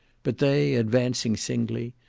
but they advancing singly,